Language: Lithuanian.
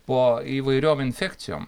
po įvairiom infekcijom